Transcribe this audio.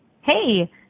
Hey